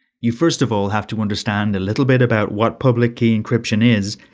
you first of all have to understand a little bit about what public key encryption is,